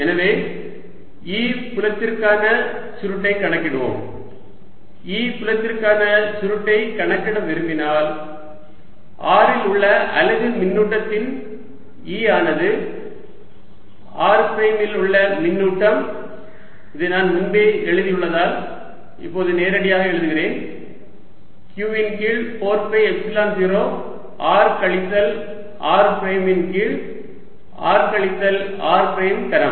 எனவே E புலத்திற்கான சுருட்டைக் கணக்கிடுவோம் E புலத்திற்கான சுருட்டை கணக்கிட விரும்பினால் r இல் உள்ள அலகு மின்னூட்டத்தின் E ஆனது r பிரைம் இல் உள்ள மின்னூட்டம் இதை நான் முன்பே எழுதியுள்ளதால் இப்போது நேரடியாக எழுதுகிறேன் q இன் கீழ் 4 பை எப்சிலன் 0 r கழித்தல் r பிரைம் இன் கீழ் r கழித்தல் r பிரைம் கனம்